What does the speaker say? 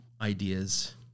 ideas